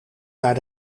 naar